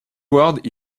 world